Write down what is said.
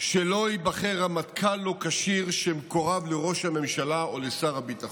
שלא ייבחר רמטכ"ל לא כשיר שמקורב לראש הממשלה או לשר הביטחון?